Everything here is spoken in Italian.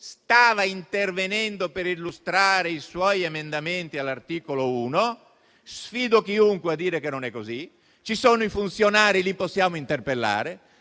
stava intervenendo per illustrare i suoi emendamenti all'articolo 1; sfido chiunque a dire che non è così e ci sono i funzionari della Commissione che possiamo interpellare.